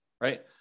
right